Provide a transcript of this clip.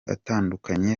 atandukanye